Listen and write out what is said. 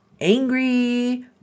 angry